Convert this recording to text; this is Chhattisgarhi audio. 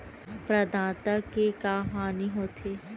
प्रदाता के का हानि हो थे?